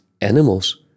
animals